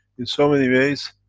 in so many ways.